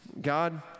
God